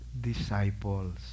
disciples